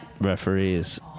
referees